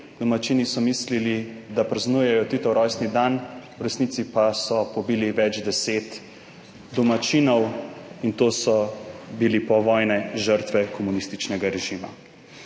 Domačini so mislili, da praznujejo Titov rojstni dan, v resnici pa so pobili več deset domačinov, in to so bile povojne žrtve komunističnega režima.